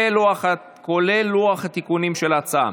אני קובע כי הצעת חוק איסור אלימות בספורט (תיקון מס' 3 והוראת שעה),